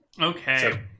Okay